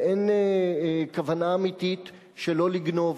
ואין כוונה אמיתית שלא לגנוב,